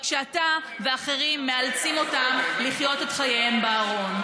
רק שאתה ואחרים מאלצים אותם לחיות את חייהם בארון.